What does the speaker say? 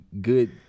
good